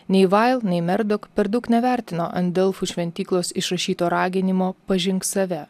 nei vail nei merdok per daug nevertino ant delfų šventyklos išrašyto raginimo pažink save